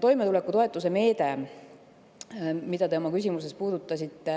toimetulekutoetuse meede, mida te oma küsimuses puudutasite.